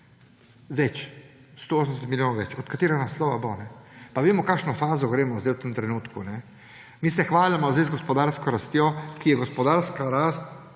več. 180 milijonov več. Iz katerega naslova bo? Pa vemo, v kakšno fazo gremo zdaj v tem trenutku. Mi se hvalimo zdaj z gospodarsko rastjo, ki je – gospodarska rast